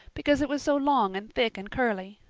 because it was so long and thick and curly.